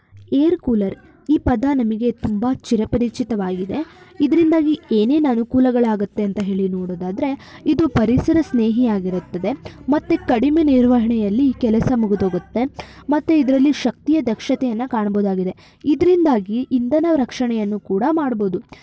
air cooler ಈ ಪದ ನಮಗೆ ತುಂಬ ಚಿರ ಪರಿಚಿತವಾಗಿದೆ ಇದರಿಂದಾಗಿ ಏನೇನು ಅನುಕೂಲಗಳಾಗುತ್ತೆ ಅಂತ ಹೇಳಿ ನೋಡೋದಾದ್ರೆ ಇದು ಪರಿಸರ ಸ್ನೇಹಿ ಆಗಿರುತ್ತದೆ ಮತ್ತು ಕಡಿಮೆ ನಿರ್ವಹಣೆಯಲ್ಲಿ ಕೆಲಸ ಮುಗಿದೋಗುತ್ತೆ ಮತ್ತೆ ಇದರಲ್ಲಿ ಶಕ್ತಿಯ ದಕ್ಷತೆಯನ್ನು ಕಾಣ್ಬೌದಾಗಿದೆ ಇದರಿಂದಾಗಿ ಇಂಧನ ರಕ್ಷಣೆಯನ್ನು ಕೂಡ ಮಾಡ್ಬೋದು